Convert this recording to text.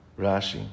Rashi